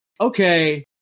okay